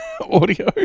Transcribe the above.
audio